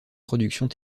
productions